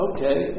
Okay